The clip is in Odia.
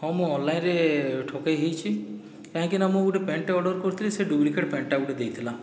ହଁ ମୁଁ ଅନ୍ଲାଇନ୍ରେ ଠକାଇ ହୋଇଛି କାହିଁକିନା ମୁଁ ଗୋଟିଏ ପ୍ୟାଣ୍ଟଟେ ଅର୍ଡ଼ର କରିଥିଲି ସେ ଡୁପ୍ଳିକେଟ ପ୍ୟାଣ୍ଟଟା ଗୋଟିଏ ଦେଇଥିଲା